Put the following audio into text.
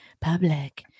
public